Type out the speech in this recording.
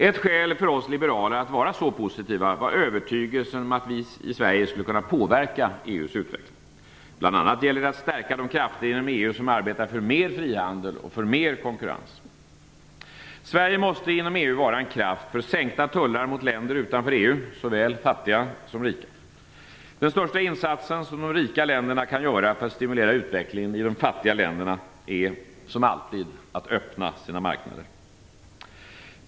Ett skäl för oss liberaler att vara så positiva var övertygelsen om att vi i Sverige skulle kunna påverka EU:s utveckling. Det gäller bl.a. att stärka de krafter inom EU som arbetar för mer frihandel och mer konkurrens. Sverige måste inom EU vara en kraft för sänkta tullar mot länder utanför EU, såväl fattiga som rika. Den största insatsen som de rika länderna kan göra för att stimulera utvecklingen i de fattiga länderna är som alltid att öppna sina marknader.